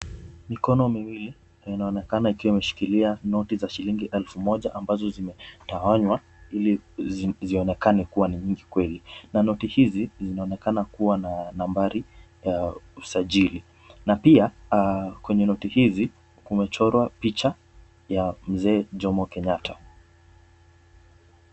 Mikono miwili inaonekana ikiwa imeshikilia noti za shilingi elfu moja ambazo zimetawanywa ili zionekane kuwa ni nyingi kweli na noti hizi zinaonekana kuwa na nambari ya usajili na pia kwenye noti hizi kumechorwa picha ya mzee Jomo Kenyatta.